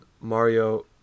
Mario